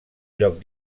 lloc